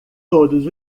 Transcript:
todos